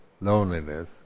loneliness